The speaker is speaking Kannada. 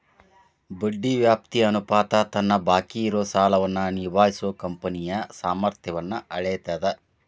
ಬಡ್ಡಿ ವ್ಯಾಪ್ತಿ ಅನುಪಾತ ತನ್ನ ಬಾಕಿ ಇರೋ ಸಾಲವನ್ನ ನಿಭಾಯಿಸೋ ಕಂಪನಿಯ ಸಾಮರ್ಥ್ಯನ್ನ ಅಳೇತದ್